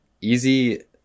Easy